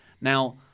Now